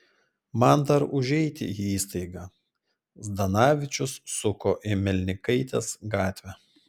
man dar užeiti į įstaigą zdanavičius suko į melnikaitės gatvę